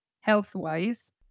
health-wise